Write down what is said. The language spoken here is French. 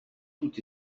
tout